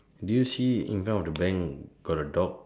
do you see in front of the bank got a dog